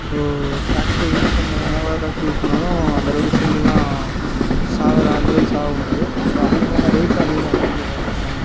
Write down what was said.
so tractor use பண்ணி என்ன தான் அவ்ளோதான் ட்ராக்ட்ரு யூஸ் பண்ணாலும் அந்தளவுக்கு பில்லுலாம் சாகிற அந்தளவுக்கு சாவ மாட்டுது ஸோ அதிகமான ரேட்டும் அதிகமாக அமௌண்ட்டு கேட்க ஆரமிச்சிவிட்டாங்க